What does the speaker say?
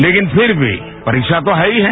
लेकिन फिर भी परीक्षा तो है ही है